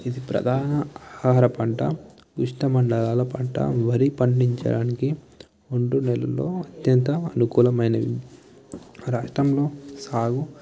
ఇది ప్రధాన ఆహార పంట ఇష్టమండలాల పంట వరి పండించడానికి ముందు నెలలో అత్యంత అనుకూలమైనవి ఈ రాష్ట్రంలో సాగు